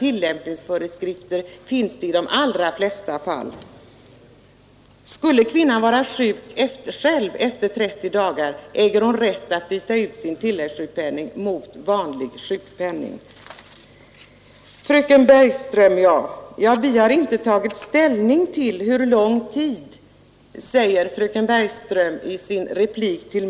Därför finns det i de allra flesta fall tillämpningsföreskrifter. Om kvinnan s att byta ut sin ti Sedan sade fröken Bergström i sin replik till mig: Vi har inte tagit ställning till hur lång tid som skall gälla i detta fall.